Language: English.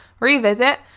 revisit